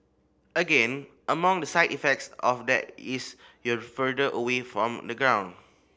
again among the side effects of that is you're further away from the ground